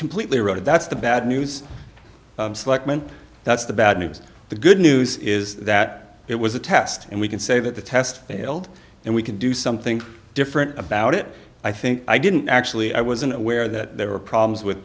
completely eroded that's the bad news selectman that's the bad news the good news is that it was a test and we can say that the test failed and we can do something different about it i think i didn't actually i wasn't aware that there were problems with